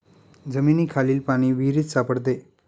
जमिनीखालील पाणी विहिरीत सापडते